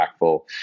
impactful